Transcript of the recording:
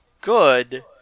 good